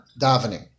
Davening